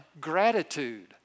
gratitude